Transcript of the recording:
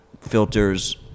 filters